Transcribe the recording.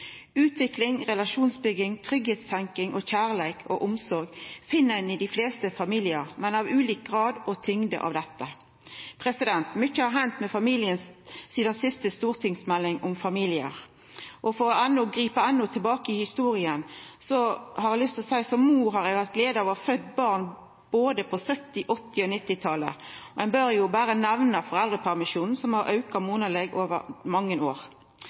Utvikling, relasjonsbygging, tryggleikstenking, kjærleik og omsorg finn ein i dei fleste familiar, men av ulik grad og tyngd. Mykje har hendt med familien sidan siste stortingsmelding om familiar. For å gripa endå lenger tilbake i historia har eg som mor lyst til å seia at eg har hatt gleda av å ha fødd barn både på 1970-, 1980- og 1990-talet, og ein bør jo berre nemna foreldrepermisjonen, som har auka monaleg over mange år.